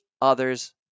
others